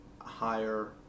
higher